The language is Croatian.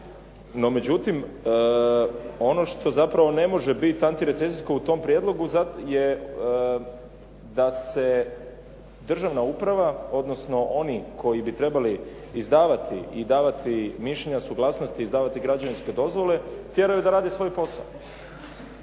No međutim, ono što zapravo ne može biti antirecesijsko u tom prijedlogu je da se državna uprava, odnosno oni koji bi trebali izdavati i davati mišljenja i suglasnosti, izdavati građevinske dozvole, tjeraju da rade svoj posao.